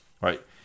Right